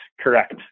correct